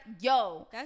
yo